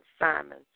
Simon